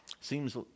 Seems